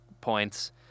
points